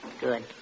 Good